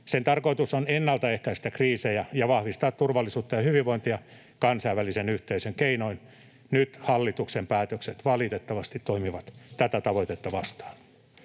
Sen tarkoitus on ennaltaehkäistä kriisejä ja vahvistaa turvallisuutta ja hyvinvointia kansainvälisen yhteisön keinoin. Nyt hallituksen päätökset valitettavasti toimivat tätä tavoitetta vastaan.